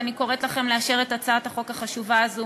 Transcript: ואני קוראת לאשר את הצעת החוק החשובה הזאת